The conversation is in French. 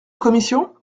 commission